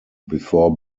before